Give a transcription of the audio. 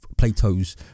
Plato's